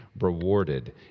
rewarded